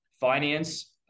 finance